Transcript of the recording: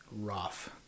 rough